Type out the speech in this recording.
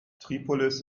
tripolis